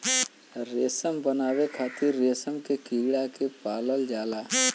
रेशम बनावे खातिर रेशम के कीड़ा के पालल जाला